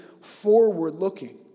forward-looking